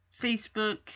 Facebook